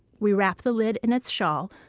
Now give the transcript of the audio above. we wrap the lid in its shawl,